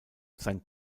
sein